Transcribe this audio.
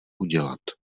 udělat